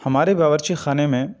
ہمارے باورچی خانے میں